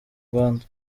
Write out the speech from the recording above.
rwanda